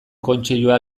kontseilua